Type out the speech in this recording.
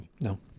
no